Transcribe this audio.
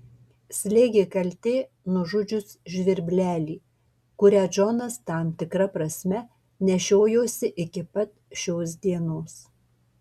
slėgė kaltė nužudžius žvirblelį kurią džonas tam tikra prasme nešiojosi iki pat šios dienos